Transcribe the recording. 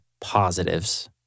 positives